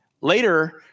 later